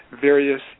various